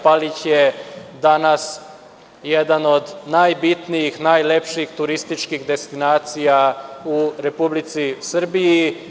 Palić je danas jedan od najbitnijih, najlepši turističkih destinacija u Republici Srbiji.